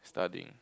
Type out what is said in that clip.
studying